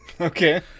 Okay